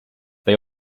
they